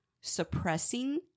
suppressing